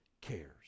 cares